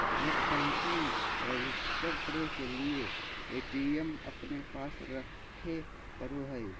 net banking register करे के लिए ए.टी.एम अपने पास रखे पड़ो हइ